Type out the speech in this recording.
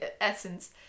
essence